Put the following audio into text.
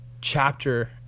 chapter